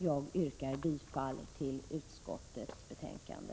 Jag yrkar bifall till hemställan i utskottets betänkande.